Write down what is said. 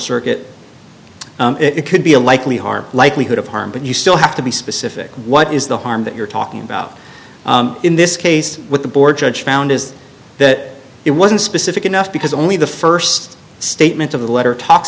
circuit it could be a likely harm likelihood of harm but you still have to be specific what is the harm that you're talking about in this case what the board judge found is that it wasn't specific enough because only the st statement of the letter talks